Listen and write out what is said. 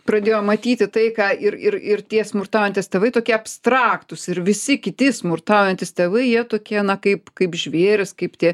pradėjo matyti tai ką ir ir ir tie smurtaujantys tėvai tokie abstraktūs ir visi kiti smurtaujantys tėvai jie tokie na kaip kaip žvėrys kaip tie